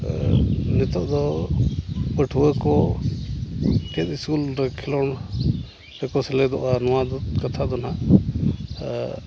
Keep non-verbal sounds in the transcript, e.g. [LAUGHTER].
ᱱᱤᱛᱚᱜᱫᱚ ᱯᱟᱹᱴᱷᱣᱟᱹᱠᱚ [UNINTELLIGIBLE] ᱤᱥᱠᱩᱞᱨᱮ ᱠᱷᱮᱞᱚᱸᱰ ᱨᱮᱠᱚ ᱥᱮᱞᱮᱫᱚᱜᱼᱟ ᱱᱚᱣᱟ ᱠᱟᱛᱷᱟᱫᱚ ᱱᱟᱦᱟᱜ